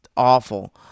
awful